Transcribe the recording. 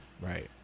Right